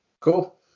cool